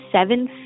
seven